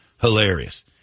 Hilarious